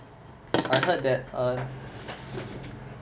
I heard that err